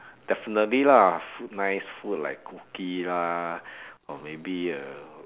definitely lah food nice food like cookie lah or maybe uh